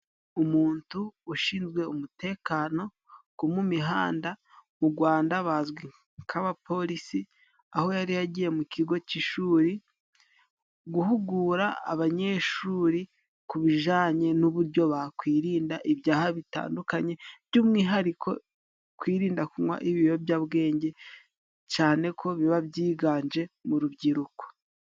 Umuntu ushinzwe umutekano wo mu mihanda, mu rwanda bazwi nk'abapolisi, aho yari yagiye mu kigo cy'ishuri guhugura abanyeshuri ku bijyanye n'uburyo bakwirinda ibyaha bitandukanye, by'umwihariko kwirinda kunywa ibiyobyabwenge cyane ko biba byiganje mu rubyiruko.